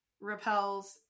repels